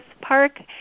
Park